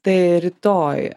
tai rytoj